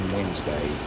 Wednesday